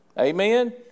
Amen